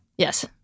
Yes